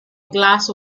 glass